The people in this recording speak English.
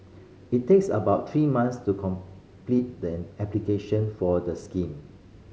it takes about three month to complete the application for the scheme